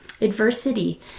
adversity